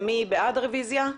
מי בעד הרביזיה?